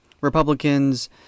Republicans